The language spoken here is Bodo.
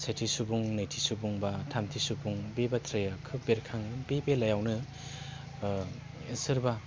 सेथि सुबुं नैथि सुबुं बा थामथि सुबुं बे बाथ्राया खोब बेरखाङो बे बेलायावनो सोरबा